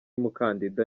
mukandida